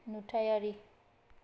नुथायारि